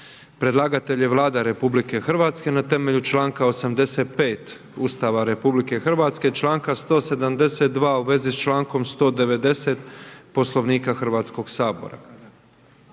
Predlagatelj je Vlada RH temeljem članka 85. Ustava RH i članka 172. u svezi s člankom 190. Poslovnika Hrvatskog sabora.